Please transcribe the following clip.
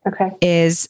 Okay